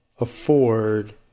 afford